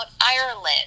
ireland